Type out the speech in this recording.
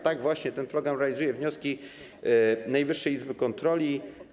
Tak, właśnie ten program realizuje wnioski Najwyższej Izby Kontroli.